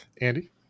Andy